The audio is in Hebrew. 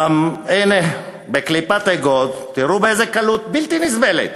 הנה, בקליפת אגוז, תראו באיזו קלות בלתי נסבלת,